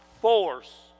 force